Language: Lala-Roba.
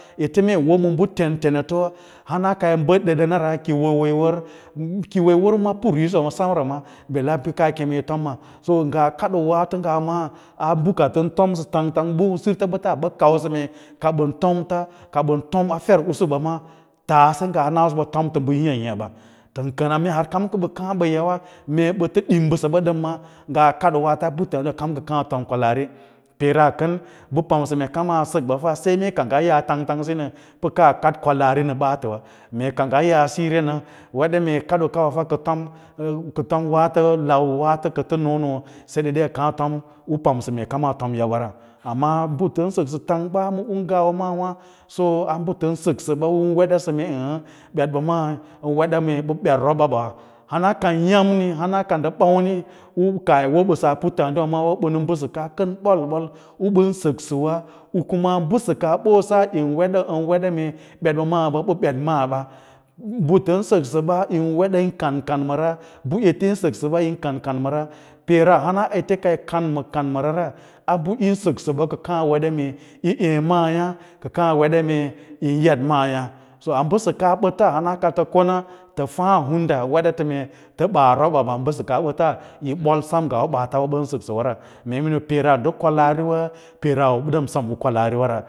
Ete mee yi woma bə tentena towa rana kai bad ɗaɗanara kiyi wo woyi wav kiyi war ma pant risiwa semra ma balle ran ke kayi tom maa nga kaɗoiwaro ngawa maa abu ka tan tomsa tang tang ba sor ta bata ba kausa mee ka ban tomta ka ban tome terusuwa maa tase ngawa mantomta ba hiiya hiiya ba tan kana mee kam bəbə kaâ ɓə yana mee bata dim basaba ma ngaa lado owa ato a putta diwawa kam kə kaa a tom kwalaari peere kan ba pam sə mee kam kaa sakba fa sai mee kangya ya tanf tang siyin re pa kaa kad kwalaari ma baatawa mee kang gaa yaa siyiyara nə weɗa mee kaddo kawa tha kadtom waato lau waato ka ta noona sai dai a kaa atom u pamsa mee kam a tom yabwara, amma ba tan saksa tang ba ma u ngwa maawa so a bə tan saksaba an waɗasə aâ aa ɓet ba maa nda bet roba ɓa na banakam yamni hana kan ndə hammi u kaah yi wo bə ma mbəsa kan ɓoi-ɓoi bolu ban saksawa a bosa yin weda mee bet maa ba nda bet wed a yiri kan kanmara ba ete yi səksə yim kan kanmaig peera hana ete kayi kan ma kanmara ra a ba tin saksəbə ka kaâ anda mee yi eê maaya yin weda yi eda maaya bə sa̱kaa bəta hana ka ta kona tə fas hmda tan weda mee ta baa roba basa ba sakaa ɓə yi boi sem ngau u baats ban səksə wara mee miniu peeran u kwalaari wa peera dəm sem u kwalaari wara.